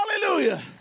Hallelujah